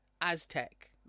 Aztec